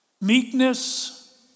meekness